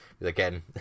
again